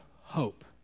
hope